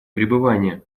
пребывания